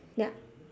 yup